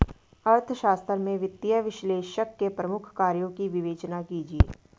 अर्थशास्त्र में वित्तीय विश्लेषक के प्रमुख कार्यों की विवेचना कीजिए